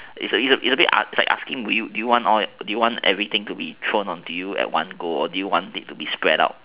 it's a little bit ask~ asking do you want do you want everything to be thrown at you at one go or do you want everything to be spread out